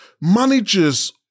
managers